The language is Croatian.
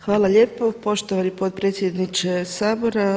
Hvala lijepo, poštovani potpredsjedniče Sabora.